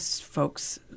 folks